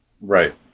right